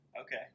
Okay